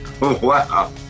Wow